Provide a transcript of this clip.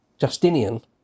Justinian